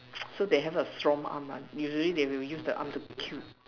so they have a strong arm mah usually they will use the arm to kill